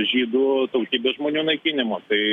žydų tautybės žmonių naikinimo tai